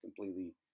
completely